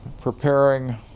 preparing